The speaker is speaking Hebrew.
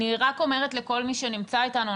אני רק אומרת לכל מי שנמצא איתנו,